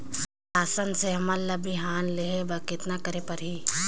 शासन से हमन ला बिहान लेहे बर कतना करे परही?